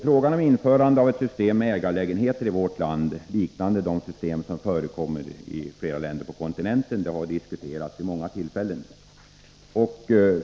Frågan om införande av ett system med ägarlägenheter i vårt land, liknande de system som förekommer i flera länder på kontinenten, har diskuterats vid många tillfällen.